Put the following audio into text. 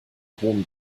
hohem